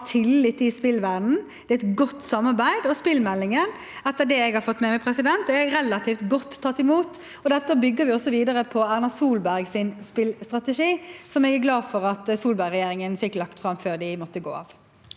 har tillit i spillverdenen. Det er et godt samarbeid, og spillmeldingen, etter det jeg har fått med meg, er relativt godt tatt imot. Med dette bygger vi også videre på Erna Solbergs spillstrategi, som jeg er glad for at Solberg-regjeringen fikk lagt fram før de måtte gå av.